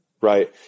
right